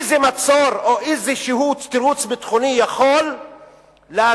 איזה מצור או איזה תירוץ ביטחוני יכול להסביר